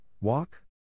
walk